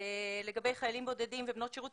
לגבי חיילים בודדים ובנות שירות,